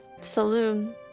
Saloon